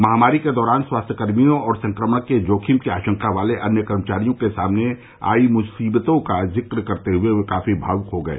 महामारी के दौरान स्वास्थ्यकर्मियों और संक्रमण के जोखिम की आशंका वाले अन्य कर्मचारियों के सामने आई मुश्किलों का जिक्र करते हुए वे काफी भाव्क हो गए